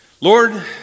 Lord